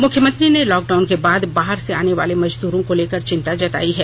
मुख्यमंत्री ने लॉकडाउन के बाद बाहर से आने वाले मजदूरों को लेकर चिंता जतायी है